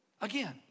Again